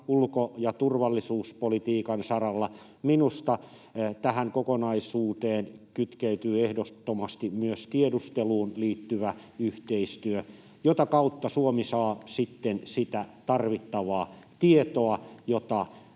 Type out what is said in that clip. ulko- ja turvallisuuspolitiikan saralla. Minusta tähän kokonaisuuteen kytkeytyy ehdottomasti myös tiedusteluun liittyvä yhteistyö, jota kautta Suomi saa sitten sitä tarvittavaa tietoa, jota